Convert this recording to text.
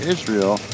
Israel